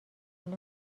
حال